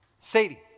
sadie